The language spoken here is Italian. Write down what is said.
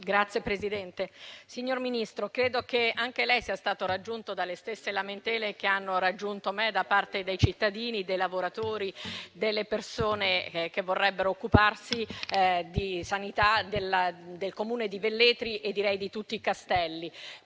Signor Ministro, credo che anche lei sia stato raggiunto dalle stesse lamentele che hanno raggiunto me, da parte dei cittadini, dei lavoratori e delle persone che vorrebbero occuparsi di sanità del Comune di Velletri e di tutti i Castelli.